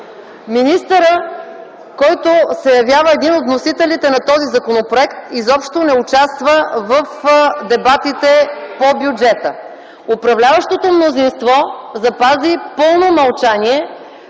Министърът, който се явява един от вносителите на този законопроект, изобщо не участва в дебатите по бюджета. Управляващото мнозинство запази пълно мълчание